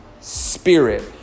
spirit